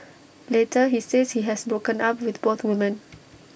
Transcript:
later he says he has broken up with both women